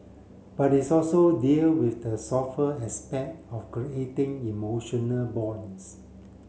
but its also deal with the softer aspect of creating emotional bonds